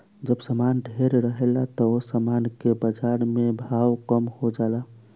जब सामान ढेरे रहेला त ओह सामान के बाजार में भाव कम हो जाला